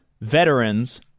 veterans